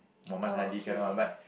Muhamad Hadi Khairul Akmar